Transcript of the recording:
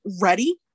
ready